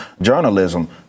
journalism